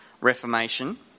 Reformation